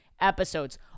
episodes